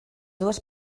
dues